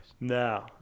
No